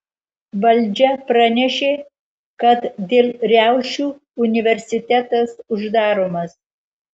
valdžia pranešė kad dėl riaušių universitetas uždaromas